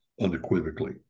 unequivocally